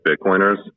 Bitcoiners